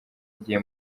igihe